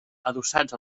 adossats